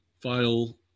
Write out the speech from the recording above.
file